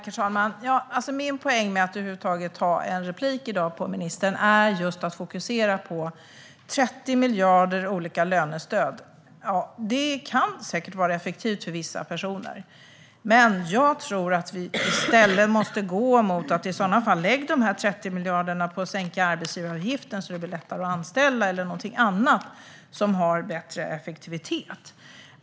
Herr talman! Min poäng med att över huvud taget begära replik på ministern i dag är just att fokusera på 30 miljarder i olika lönestöd. Det kan säkert vara effektivt för vissa personer. Men jag tror att vi i stället måste gå i en annan riktning. Lägg i så fall dessa 30 miljarder på att sänka arbetsgivaravgiften så att det blir lättare att anställa eller på någonting annat som har bättre effektivitet!